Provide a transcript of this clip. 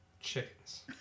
Chickens